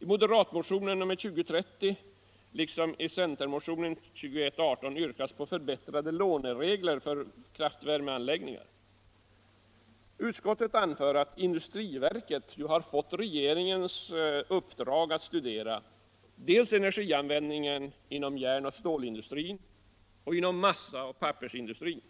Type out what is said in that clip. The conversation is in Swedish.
I moderatmotionen nr 2030 liksom i centermotionen nr 2118 yrkas på förbättrade låneregler för kraftvärmeanläggningar. Utskottet anför att industriverket har fått regeringens uppdrag att studera dels energianvändningen inom järnoch stålindustrin och inom massaoch pappersindustrin,